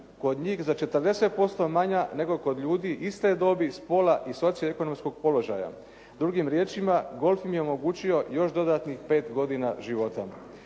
kod njih za 40% manja nego kod ljudi iste dobi, spola i socio ekonomskog položaja. Drugim riječima golf im je omogućio još dodatnih pet godina života.